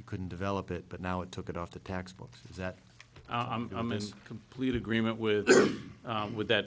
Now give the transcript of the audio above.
you couldn't develop it but now it took it off the textbooks that i'm in complete agreement with with that